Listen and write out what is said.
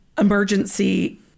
emergency